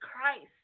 Christ